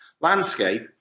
landscape